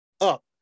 up